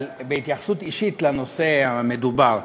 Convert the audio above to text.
אבל בהתייחסות אישית לנושא המדובר.